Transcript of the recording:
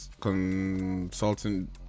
consultant